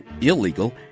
illegal